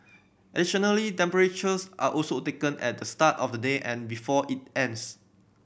additionally temperatures are also taken at the start of the day and before it ends